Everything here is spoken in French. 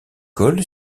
col